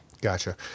Gotcha